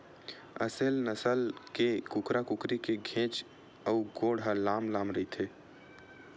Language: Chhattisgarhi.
असेल नसल के कुकरा कुकरी के घेंच अउ गोड़ ह लांम लांम रहिथे